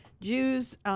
Jews